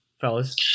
fellas